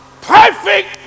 perfect